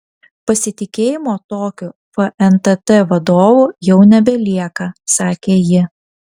pasitikėjimo tokiu fntt vadovu jau nebelieka sakė ji